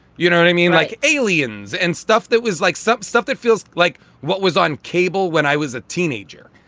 you know what i mean? like aliens and stuff that was like some stuff that feels like what was on cable when i was a teenager,